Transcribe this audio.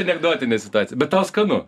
anekdotinė situacija bet tau skanu